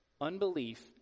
Unbelief